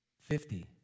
fifty